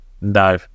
no